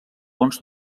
bons